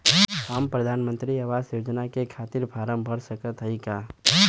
हम प्रधान मंत्री आवास योजना के खातिर फारम भर सकत हयी का?